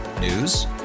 News